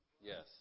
Yes